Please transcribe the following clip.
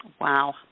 Wow